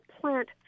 plant